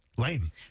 Lame